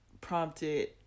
prompted